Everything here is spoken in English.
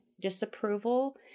disapproval